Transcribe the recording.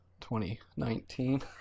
2019